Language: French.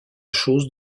choses